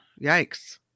Yikes